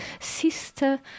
sister